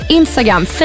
Instagram